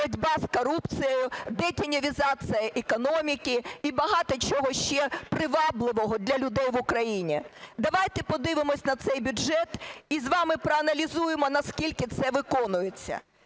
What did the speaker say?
боротьба з корупцією, детінізація економіки і багато чого ще привабливого для людей в Україні. Давайте подивимось на цей бюджет і з вами проаналізуємо, наскільки це виконується.